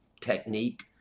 technique